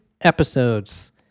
episodes